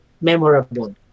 memorable